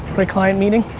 great client meeting,